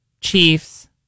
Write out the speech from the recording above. Chiefs